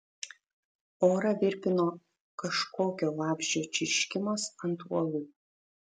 orą virpino kažkokio vabzdžio čirškimas ant uolų